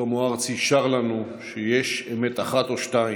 ששלמה ארצי שר לנו שיש אמת אחת או שתיים.